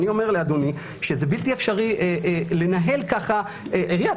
ואני אומר שזה בלתי אפשרי לנהל ככה עירייה,